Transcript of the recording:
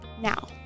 now